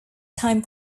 time